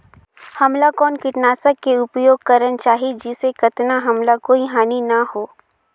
हमला कौन किटनाशक के उपयोग करन चाही जिसे कतना हमला कोई हानि न हो?